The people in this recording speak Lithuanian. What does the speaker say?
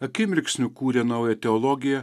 akimirksniu kūrė naują teologiją